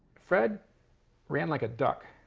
fred ran like a duck,